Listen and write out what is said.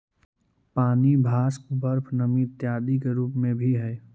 पानी वाष्प, बर्फ नमी इत्यादि के रूप में भी हई